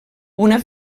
una